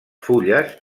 fulles